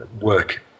work